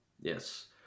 Yes